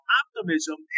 optimism